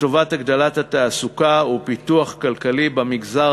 לטובת הגדלת התעסוקה ולפיתוח כלכלי במגזר